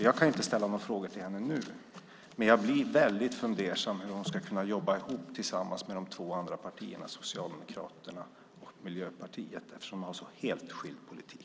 Jag kan inte ställa några frågor till henne nu, men jag blir väldigt fundersam över hur Vänsterpartiet kan jobba tillsammans med de två andra partierna, Socialdemokraterna och Miljöpartiet, eftersom de har så helt skild politik.